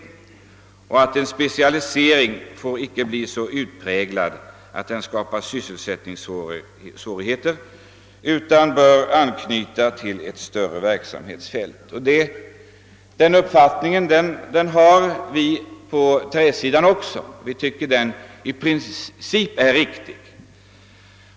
Specialiseringen får, heter det i statsrådets svar, »inte bli så utpräglad att den som erhållit sådan utbildning får svårigheter att erhålla sysselsättning inom övriga delar av det bredare yrkesområde som grenen förbereder för». Utbildningen bör alltså anknyta till ett större verksamhetsfält. Den uppfattningen finner också vi på träsidan i princip riktig.